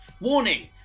Warning